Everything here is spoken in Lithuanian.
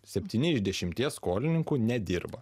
septyni iš dešimties skolininkų nedirba